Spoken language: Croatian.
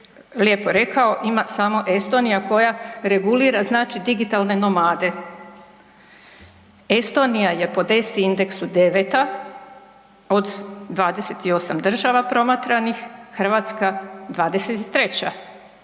lijepo rekao ima samo Estonija koja regulira znači digitalne nomade. Estonija je po … indeksu deveta od 28 država promatranih. Hrvatska 23.